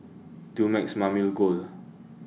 Dumex Mamil Gold